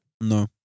No